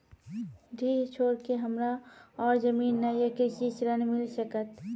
डीह छोर के हमरा और जमीन ने ये कृषि ऋण मिल सकत?